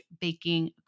baking